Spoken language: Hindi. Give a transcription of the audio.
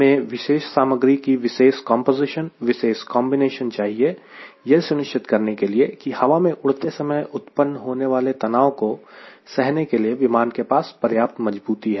हमें विशेष सामग्री की विशेष कंपोजीशन विशेष कॉन्बिनेशन चाहिए यह सुनिश्चित करने के लिए की हवा में उड़ते समय उत्पन्न होने वाले तनाव को सहने के लिए विमान के पास पर्याप्त मज़बूती है